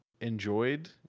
enjoyed